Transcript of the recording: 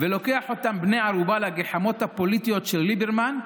ולוקח אותם בני ערובה לגחמות הפוליטיות של ליברמן,